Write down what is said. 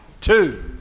two